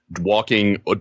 walking